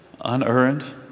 unearned